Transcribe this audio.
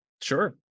Sure